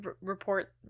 report